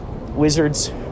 wizards